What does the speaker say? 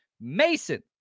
Mason